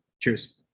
Cheers